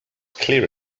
clear